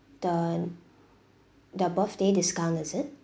the the birthday discount is it